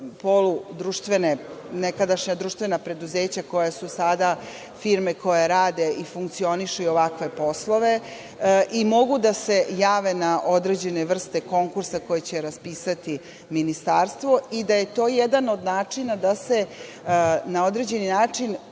poludruštvene, nekadašnja društvena preduzeća koja su sada firme koje rade i funkcionišu i ovakve poslove i mogu da se jave na određene vrste konkursa koje će raspisati ministarstvo i da je to jedan od načina da se na određeni način